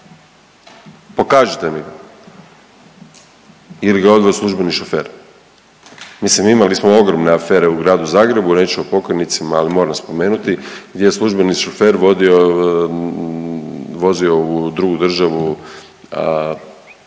Pokažite mi ga. Ili ga je odveo službeni šofer. Mislim imali smo ogromne afere u Gradu Zagrebu, nećemo o pokojnicima, ali moram spomenuti gdje je službeni šofer vodio, vozio u drugu državu